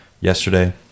yesterday